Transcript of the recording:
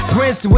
Prince